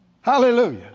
Hallelujah